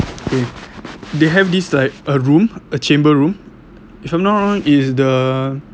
eh they have this like a room a chamber room if I'm not wrong is the